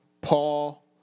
Paul